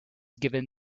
given